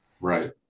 Right